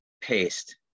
paste